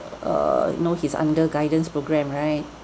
err know he's under guidance programme right